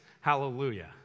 Hallelujah